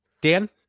Dan